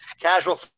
casual